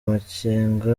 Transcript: amakenga